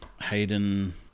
Hayden